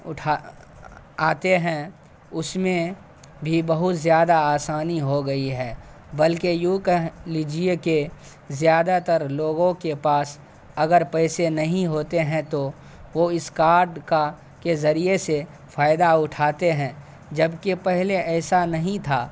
اٹھا آتے ہیں اس میں بھی بہت زیادہ آسانی ہو گئی ہے بلکہ یوں کہہ لیجیے کہ زیادہ تر لوگوں کے پاس اگر پیسے نہیں ہوتے ہیں تو وہ اس کاڈ کا کے ذریعے سے فائدہ اٹھاتے ہیں جبکہ پہلے ایسا ںہیں تھا